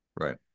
right